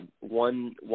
one